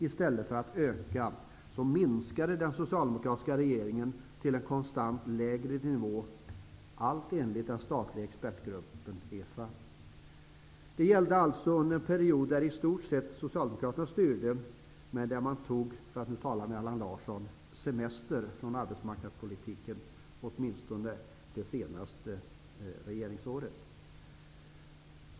I stället för att öka den, minskade den socialdemokratiska regeringen den till en konstant lägre nivå enligt den statliga expertgruppen EFA. Detta gällde alltså under en period där i stort sett Socialdemokraterna styrde men tog, för att använda Allan Larssons ord, semester från arbetsmarknadspolitiken åtminstone det sista regeringsåret.